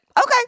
okay